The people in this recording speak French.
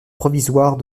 provisoire